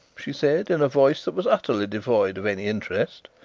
she said, in a voice that was utterly devoid of any interest.